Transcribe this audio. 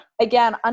Again